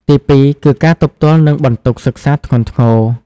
ទីពីរ គឺ ការទប់ទល់នឹងបន្ទុកសិក្សាធ្ងន់ធ្ងរ។